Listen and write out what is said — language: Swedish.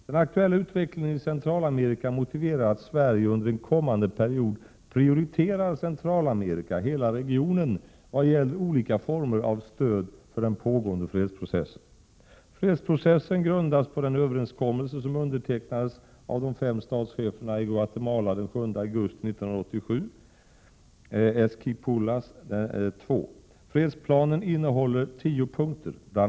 Den aktuella utvecklingen i Centralamerika motiverar att Sverige under en kommande period prioriterar Centralamerika — hela regionen — vad gäller olika former av stöd för den pågående fredsprocessen. Fredsprocessen grundas på den överenskommelse som undertecknades av de fem statscheferna i Guatemala den 7 augusti 1987, Esquipulas II. Fredsplanen innehålier tio punkter. Bl.